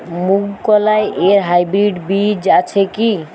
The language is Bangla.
মুগকলাই এর হাইব্রিড বীজ আছে কি?